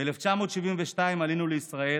ב-1972 עלינו לישראל.